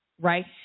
right